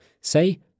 Say